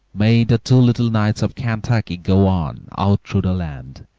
may the two little knights of kentucky go on, out through the land,